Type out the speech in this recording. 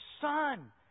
son